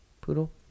poodle